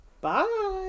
Bye